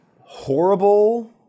horrible